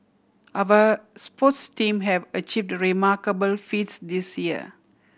our sports team have achieved remarkable feats this year